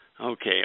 Okay